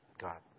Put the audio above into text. God